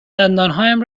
دندانهایم